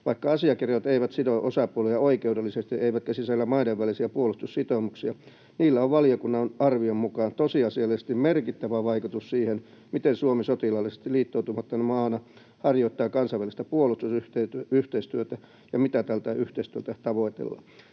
”Vaikka asiakirjat eivät sido osapuolia oikeudellisesti eivätkä sisällä maiden välisiä puolustussitoumuksia, niillä on valiokunnan arvion mukaan tosiasiallisesti merkittävä vaikutus siihen, miten Suomi sotilaallisesti liittoutumattomana maana harjoittaa kansainvälistä puolustusyhteistyötä ja mitä tältä yhteistyöltä tavoitellaan.”